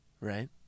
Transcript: Right